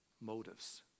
motives